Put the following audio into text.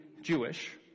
jewish